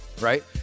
right